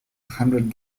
hundred